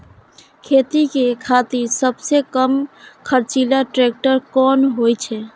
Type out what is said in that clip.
खेती के खातिर सबसे कम खर्चीला ट्रेक्टर कोन होई छै?